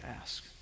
ask